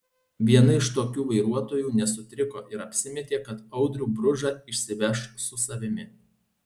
viena iš tokių vairuotojų nesutriko ir apsimetė kad audrių bružą išsiveš su savimi